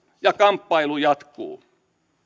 ja kamppailu jatkuu